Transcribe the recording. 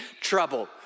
trouble